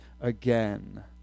again